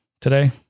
today